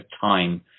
time